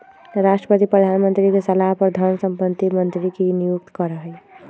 राष्ट्रपति प्रधानमंत्री के सलाह पर धन संपत्ति मंत्री के नियुक्त करा हई